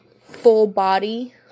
full-body